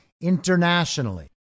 internationally